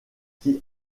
qui